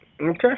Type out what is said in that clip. Okay